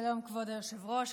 שלום, כבוד היושב-ראש.